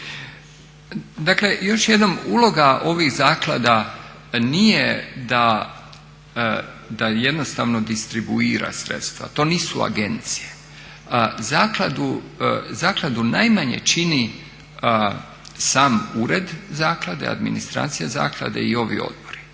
Dakle još jednom, uloga ovih zaklada nije da jednostavno distribuira sredstva, to nisu agencije. Zakladu najmanje čini sam ured zaklade, administracija zaklade i ovi odbori,